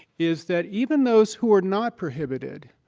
is that even those who are not prohibited,